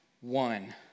one